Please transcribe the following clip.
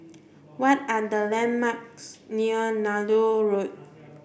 what are the landmarks near Nallur Road